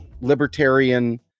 libertarian